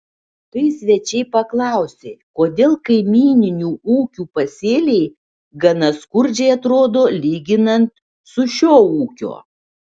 kai svečiai paklausė kodėl kaimyninių ūkių pasėliai gana skurdžiai atrodo lyginant su šio ūkio